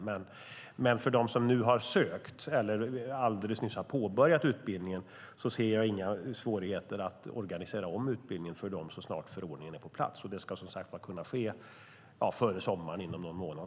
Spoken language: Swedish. Men när det gäller dem som nu har sökt eller dem som alldeles nyss har påbörjat utbildningen ser jag inga svårigheter att organisera om utbildningen så snart förordningen är på plats. Det ska som sagt kunna ske före sommaren, inom någon månad.